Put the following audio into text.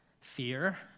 fear